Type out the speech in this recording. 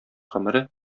гомере